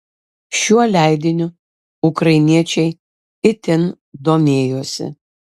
šiuo leidiniu ukrainiečiai itin domėjosi